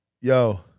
Yo